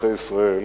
אזרחי ישראל